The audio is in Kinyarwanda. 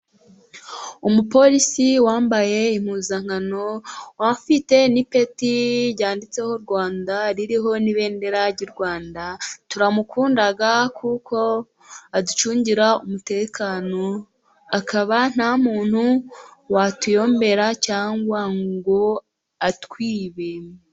Umupolisi wambaye impuzankano, afite n'ipeti ryanditseho u Rwanda, ririho n'ibendera ry'u Rwanda, turamukunda kuko aducungira umutekano, akaba nta muntu watuyombera cyangwa ngo atwibe.